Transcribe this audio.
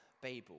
Babel